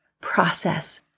process